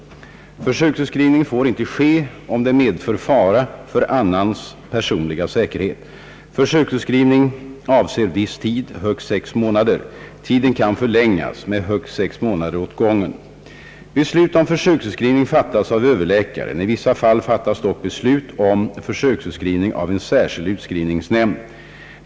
Försöksutskrivning får inte ske om det medför fara för annans personliga säkerhet. Försöksutskrivning avser viss tid, högst sex månader. Tiden kan förlängas med högst sex månader åt gången. Beslut om försöksutskrivning fattas av överläkaren. I vissa fall fattas dock beslutet om försöksutskrivning av en särskild utskrivningsnämnd.